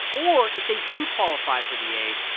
or if they do qualify for the aid,